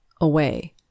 away